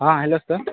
ہاں ہلو سر